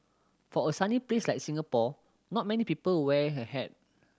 for a sunny place like Singapore not many people wear a hat